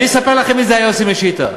אני אספר לכם מי זה היה יוסי משיתא.